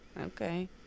Okay